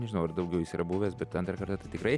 nežinau ar daugiau jis yra buvęs bet antrą kartą tai tikrai